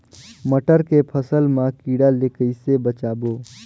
मटर के फसल मा कीड़ा ले कइसे बचाबो?